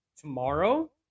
tomorrow